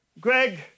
Greg